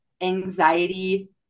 anxiety